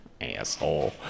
Asshole